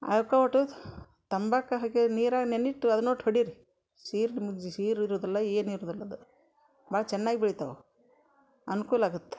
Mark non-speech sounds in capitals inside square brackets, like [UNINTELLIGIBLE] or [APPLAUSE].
ಅವ್ಕೆ ಒಟ್ಟು ತಂಬಾಕು ಹಾಕಿದ ನೀರು ನೆನಿಟ್ಟು ಅದನ್ನು ಒಟ್ಟು ಹೊಡೀರಿ ಸೀರದು [UNINTELLIGIBLE] ಸೀರೂ ಇರುವುದಿಲ್ಲ ಏನಿರುವುದಿಲ್ಲ ಅದು ಭಾಳ ಚೆನ್ನಾಗಿ ಬೆಳಿತಾವೆ ಅವು ಅನ್ಕೂಲಾಗತ್ತೆ